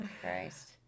Christ